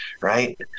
right